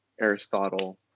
Aristotle